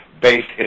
based